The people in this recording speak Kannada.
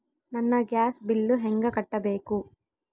ನನ್ನ ಗ್ಯಾಸ್ ಬಿಲ್ಲು ಹೆಂಗ ಕಟ್ಟಬೇಕು?